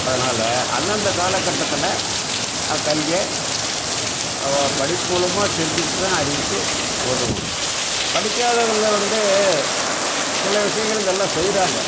அதனால் அந்தந்த காலகட்டத்தில் அக்கல்வியை படிப்பு மூலமாக தெரிஞ்சுக்கிட்டு தான் அறிவுக்கு உதவும் படிக்காதவங்க வந்து சில விஷயங்கள் இதெல்லாம் செய்கிறாங்க